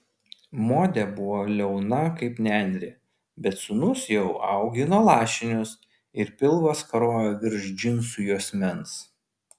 modė buvo liauna kaip nendrė bet sūnus jau augino lašinius ir pilvas karojo virš džinsų juosmens